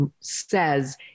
says